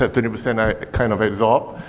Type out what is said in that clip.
that thirty percent i kind of absorb,